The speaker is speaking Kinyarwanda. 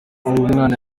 umwana